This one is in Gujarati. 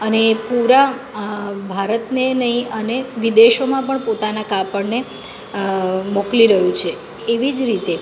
અને એ પૂરા ભારતને નહીં અને વિદેશોમાં પણ પોતાના કાપડને મોકલી રહ્યું છે એવી જ રીતે